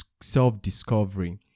self-discovery